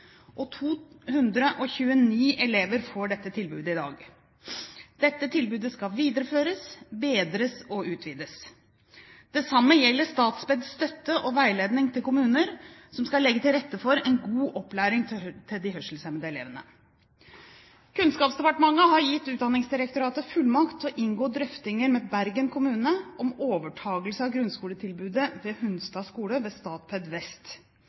229 elever får dette tilbudet i dag. Dette tilbudet skal videreføres, bedres og utvides. Det samme gjelder Statpeds støtte og veiledning til kommuner som skal legge til rette for en god opplæring til de hørselshemmede elevene. Kunnskapsdepartementet har gitt Utdanningsdirektoratet fullmakt til å inngå drøftinger med Bergen kommune om overtakelse av grunnskoletilbudet ved Hunstad skole ved Statped Vest.